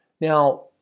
Now